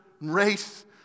race